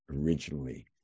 Originally